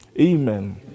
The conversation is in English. Amen